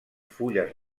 fulles